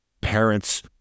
parents